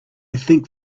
think